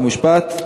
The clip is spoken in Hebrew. חוק ומשפט.